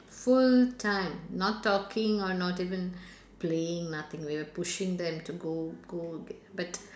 full time not talking or not even playing nothing we were pushing them to go go but